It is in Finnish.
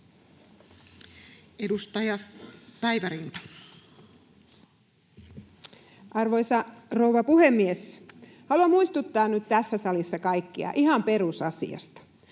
16:39 Content: Arvoisa rouva puhemies! Haluan muistuttaa nyt tässä salissa kaikkia ihan perusasiasta.